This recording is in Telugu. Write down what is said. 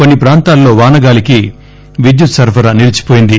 కొన్ని ప్రాంతాల్లో వానగాలికి విద్యుత్ సరఫరా నిలీచిపోయింది